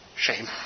Shame